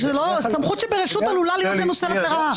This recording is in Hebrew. סמכות שברשות עלולה להיות גם מנוצלת לרעה.